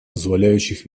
позволяющих